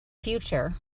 future